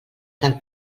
del